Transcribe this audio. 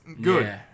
good